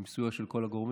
עם סיוע של כל הגורמים.